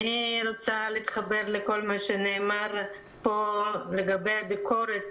אני רוצה להתחבר לכל מה שנאמר פה לגבי הביקורת